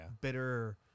bitter